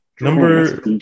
Number